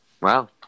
Wow